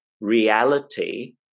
reality